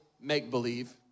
make-believe